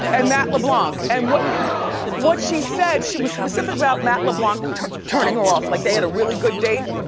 and matt leblanc, and what what she said, she was specific about matt leblanc turning her off, like they had a really good date,